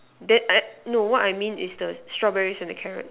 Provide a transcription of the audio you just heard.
then I no what I mean is the strawberries and the carrot